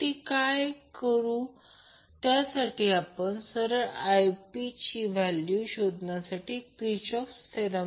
तर ते 3 Vp I p conjugate 2087 j 834